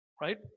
right